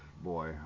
boy